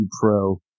Pro